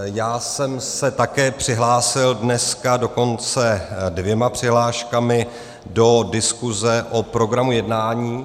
Já jsem se také přihlásil dneska, dokonce dvěma přihláškami, do diskuse o programu jednání.